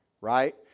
right